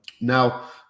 now